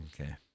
Okay